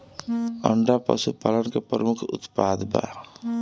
अंडा पशुपालन के प्रमुख उत्पाद बा